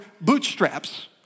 bootstraps